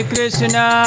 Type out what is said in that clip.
Krishna